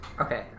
Okay